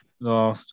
No